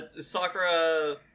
Sakura